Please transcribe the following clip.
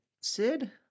Sid